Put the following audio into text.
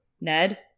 Ned